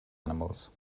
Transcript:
animals